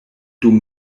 dum